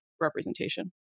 representation